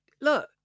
Look